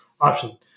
option